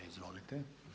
Izvolite.